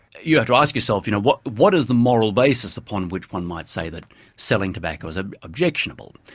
you have to ask yourself, you know, what what is the moral basis upon which one might say that selling tobacco is ah objectionable?